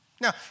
Now